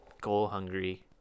goal-hungry